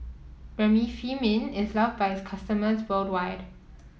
Remifemin is love by its customers worldwide